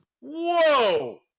Whoa